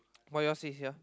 what yours says here